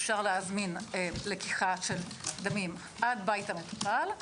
אפשר להזמין לקיחת דמים עד בית המטופל.